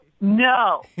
No